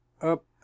up